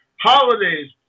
holidays